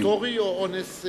אונס סטטוטורי או אונס,